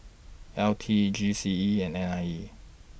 L T G C E and N I E